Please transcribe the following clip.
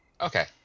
Okay